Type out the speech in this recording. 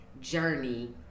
journey